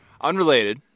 Unrelated